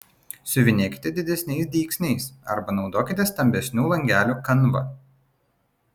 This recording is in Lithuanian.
siuvinėkite didesniais dygsniais arba naudokite stambesnių langelių kanvą